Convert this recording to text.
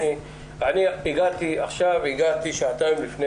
הגעתי שעתיים לפני